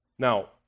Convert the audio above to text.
Now